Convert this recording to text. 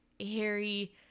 Harry